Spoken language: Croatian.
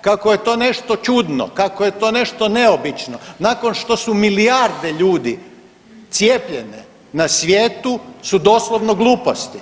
kako je to nešto čudno, kako je to nešto neobično nakon što su milijarde ljudi cijepljene na svijetu su doslovno gluposti.